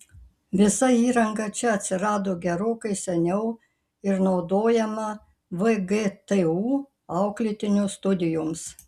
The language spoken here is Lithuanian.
visa įranga čia atsirado gerokai seniau ir naudojama vgtu auklėtinių studijoms